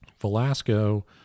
Velasco